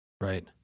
Right